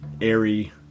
airy